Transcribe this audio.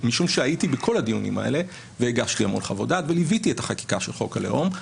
משום שהייתי בכל הדיונים האלה וליוויתי את החקיקה של חוק הלאום,